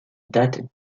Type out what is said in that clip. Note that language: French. datent